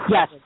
Yes